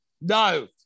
No